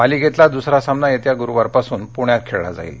मालिकेतला दुसरा सामना येत्या गुरुवारपासून पृण्यात खेळला जाणार आहे